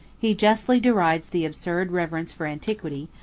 he justly derides the absurd reverence for antiquity,